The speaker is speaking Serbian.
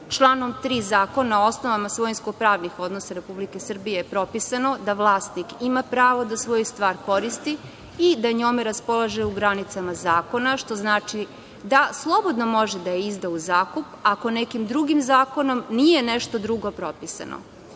članom 3. Zakona o osnovama svojinsko-pravnih odnosa Republike Srbije, propisano je da vlasnik ima pravo da svoju stvar koristi i da njome raspolaže u granicama zakona, što znači da slobodno može da izda u zakup, ako nekim drugim zakonom nije nešto drugo propisano.S